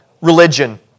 religion